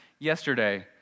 Yesterday